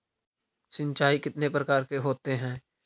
सिंचाई कितने प्रकार के होते हैं?